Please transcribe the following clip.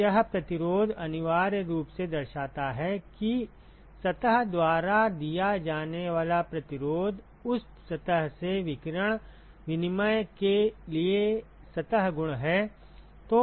तो यह प्रतिरोध अनिवार्य रूप से दर्शाता है कि सतह द्वारा दिया जाने वाला प्रतिरोध उस सतह से विकिरण विनिमय के लिए सतह गुण है